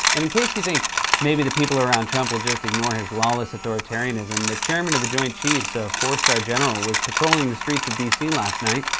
and in case you think maybe the people around trump will just ignore his lawless authoritarianism, the chairman of the joint chiefs, a four-star general, was patrolling the streets of d c. last night.